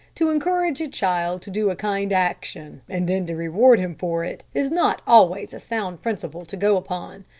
to encourage a child to do a kind action, and then to reward him for it, is not always a sound principle to go upon.